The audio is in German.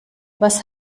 was